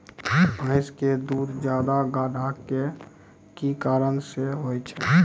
भैंस के दूध ज्यादा गाढ़ा के कि कारण से होय छै?